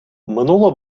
минуло